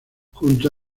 junto